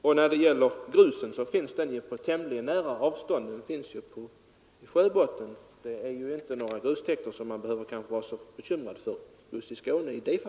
Vad beträffar gruset finns det på tämligen nära håll — det finns på sjöbotten. Herr Werner behöver alltså inte vara bekymrad över grustäkterna.